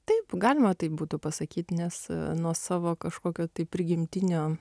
taip galima taip būtų pasakyt nes nuo savo kažkokio tai prigimtinio